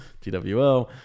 TWO